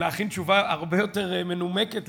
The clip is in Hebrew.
להכין תשובה הרבה יותר מנומקת,